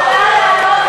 עלה לענות,